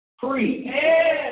free